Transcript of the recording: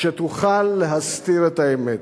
שתוכל להסתיר את האמת.